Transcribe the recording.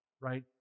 Right